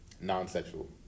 non-sexual